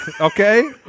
okay